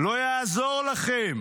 לא יעזור לכם"